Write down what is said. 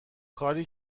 کاری